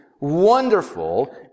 wonderful